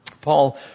Paul